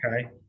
Okay